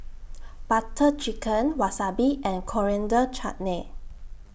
Butter Chicken Wasabi and Coriander Chutney